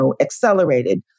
accelerated